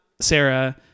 Sarah